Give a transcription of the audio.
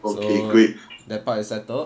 so that part is settled